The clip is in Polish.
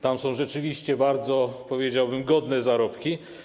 Tam są rzeczywiście bardzo, powiedziałbym, godne zarobki.